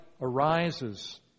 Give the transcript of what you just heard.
arises